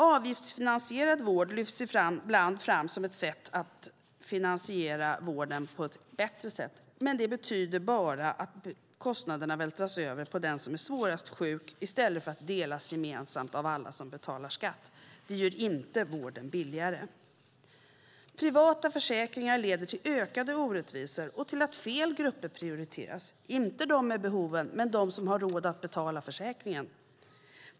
Avgiftsfinansierad vård lyfts ibland fram som ett sätt att finansiera vården på ett bättre sätt, men det betyder bara att kostnaderna vältras över på den som är svårast sjuk i stället för att de delas gemensamt av alla som betalar skatt. Det gör inte vården billigare. Privata försäkringar leder till ökade orättvisor och till att fel grupper prioriteras - inte de med behoven utan de som har råd att betala försäkringen.